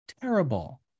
Terrible